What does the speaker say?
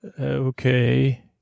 Okay